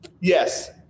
Yes